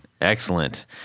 Excellent